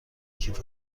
کیف